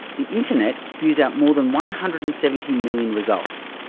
the internet spews out more than one hundred and seventy million results,